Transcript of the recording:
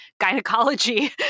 gynecology